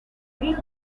real